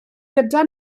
gyda